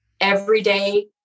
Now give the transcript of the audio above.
everyday